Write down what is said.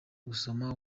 gusoma